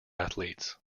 athletes